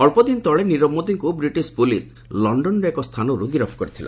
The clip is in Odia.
ଅଞ୍ଚଦିନ ତଳେ ନିରବ ମୋଦିଙ୍କ ବ୍ରିଟିଶ୍ ପ୍ରଲିସ୍ ଲଣ୍ଡନର ଏକ ସ୍ଥାନର୍ ଗିରଫ କରିଥିଲା